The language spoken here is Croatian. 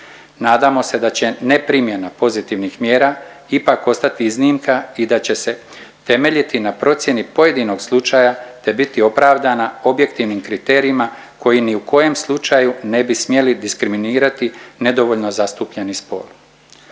Nadamo se da će ne primjena pozitivnih mjera ipak ostati iznimka i da će se temeljiti na procijeni pojedinog slučaja, te biti opravdana objektivnim kriterijima koji ni u kojem slučaju ne bi smjeli diskriminirati nedovoljno zastupljeni spol.